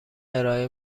ارائه